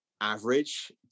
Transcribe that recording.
average